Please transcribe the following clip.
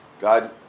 God